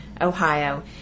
Ohio